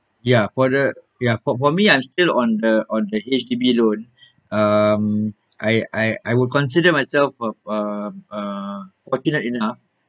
ya for the ya for for me I'm still on the on the H_D_B loan um I I I would consider myself um um um fortunate enough